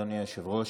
אדוני היושב-ראש,